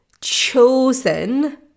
chosen